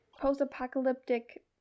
post-apocalyptic